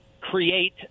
create